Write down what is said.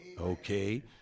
Okay